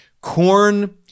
corn